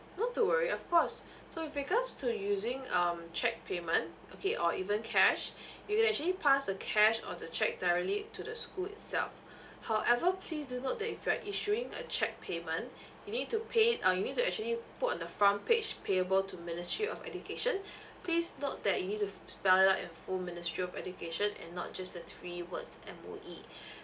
not to worry of course so with regards to using um cheque payment okay or even cash you can actually pass the cash or the cheque directly to the school itself however please do note that if you are issuing a cheque payment you need to pay it uh you need to actually put on the front page payable to ministry of education please note that you need to spell it out in full ministry of education and not just the three words M_O_E